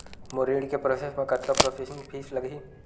मोर ऋण के प्रोसेस म कतका प्रोसेसिंग फीस लगही?